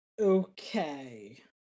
Okay